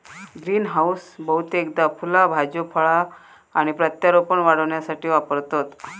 greenhouse बहुतेकदा फुला भाज्यो फळा आणि प्रत्यारोपण वाढविण्यासाठी वापरतत